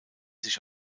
sich